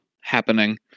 happening